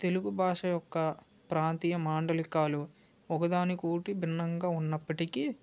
తెలుగు భాష యొక్క ప్రాంతీయ మాండలికాలు ఒకదానికి ఒకటి భిన్నంగా ఉన్నప్పటికి